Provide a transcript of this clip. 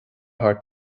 thar